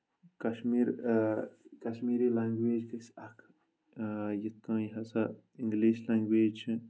Kashmir Kashmiri language گژھِ اکھ یِتھ کٔنۍ ہَسا اِنگلِش لینٛگویج چھِ